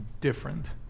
different